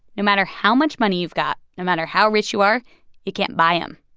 no matter how much money you've got, no matter how rich you are you can't buy them.